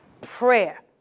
prayer